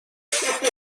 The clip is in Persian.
سکه